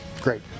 great